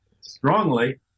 strongly